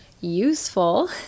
useful